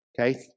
okay